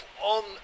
on